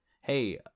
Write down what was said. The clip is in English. hey